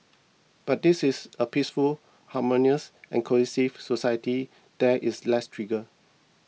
but this is a peaceful harmonious and cohesive society there is less trigger